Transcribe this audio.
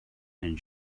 and